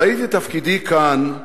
ראיתי את תפקידי כאן כש"ץ,